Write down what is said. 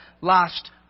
last